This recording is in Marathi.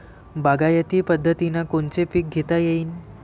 बागायती पद्धतीनं कोनचे पीक घेता येईन?